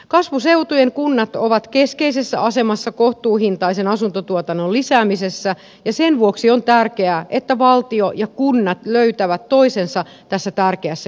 kasvuseutujen kunnat ovat keskeisessä asemassa kohtuuhintaisen asuntotuotannon lisäämisessä ja sen vuoksi on tärkeää että valtio ja kunnat löytävät toisensa tässä tärkeässä kysymyksessä